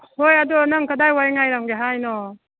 ꯍꯣꯏ ꯑꯗꯣ ꯅꯪ ꯀꯗꯥꯏꯋꯥꯏ ꯉꯥꯏꯔꯝꯒꯦ ꯍꯥꯏꯅꯣ